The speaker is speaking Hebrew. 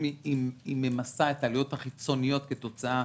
היא ממסה את העלויות החיצוניות כתוצאה